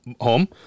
Home